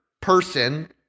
person